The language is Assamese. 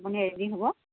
আপুনি ৰেডি হ'ব